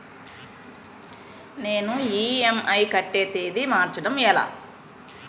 నేను ఇ.ఎం.ఐ కట్టే తేదీ మార్చడం ఎలా?